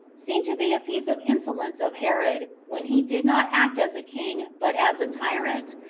seemed to be a piece of insolence of herod, when he did not act as a king, but as a tyrant,